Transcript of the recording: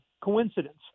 coincidence –